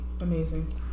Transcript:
amazing